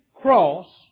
cross